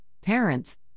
Parents